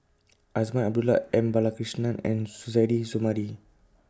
Azman Abdullah M Balakrishnan and Suzairhe Sumari